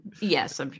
Yes